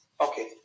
okay